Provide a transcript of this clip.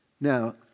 Now